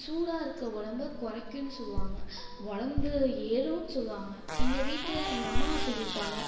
சூடா இருக்க உடம்ப குறைக்குன்னு சொல்வாங்கள் உடம்பு ஏறுன்னும் சொல்லுவாங்க எங்கள் வீட்டில் எங்கள் அம்மா சொல்லிருக்காங்கள்